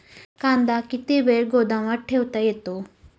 कांदा किती वेळ गोदामात ठेवता येतो?